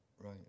Right